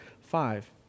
five